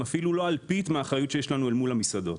אפילו לא אלפית מן האחריות שיש לנו אל מול המסעדות.